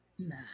Nah